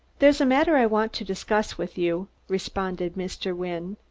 there's a matter i want to discuss with you, responded mr. wynne.